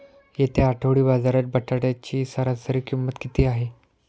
येत्या आठवडी बाजारात बटाट्याची सरासरी किंमत किती आहे?